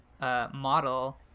model